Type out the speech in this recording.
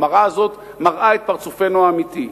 המראה הזאת מראה את פרצופנו האמיתי.